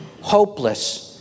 hopeless